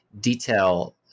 detail